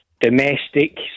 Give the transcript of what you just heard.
domestic